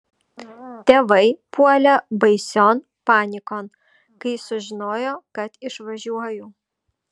tėvai puolė baision panikon kai sužinojo kad išvažiuoju